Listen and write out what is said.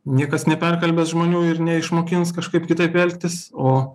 niekas neperkalbės žmonių ir neišmokins kažkaip kitaip elgtis o